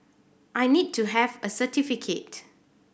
I need to have a certificate